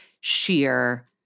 Sheer